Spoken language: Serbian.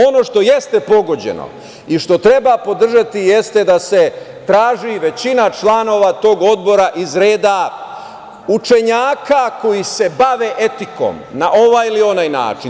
Ono što jeste pogođeno i što treba podržati jeste da se traži većina članova tog odbora iz reda učenjaka koji se bave etikom na ovaj ili onaj način.